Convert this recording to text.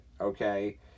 okay